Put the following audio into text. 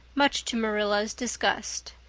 much to marilla's disgust.